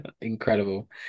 Incredible